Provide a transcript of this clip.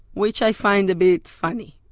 which i find a bit funny,